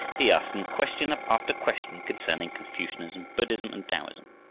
he asked them question after question concerning confucianism, buddhism, and taoism.